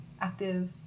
active